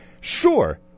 Sure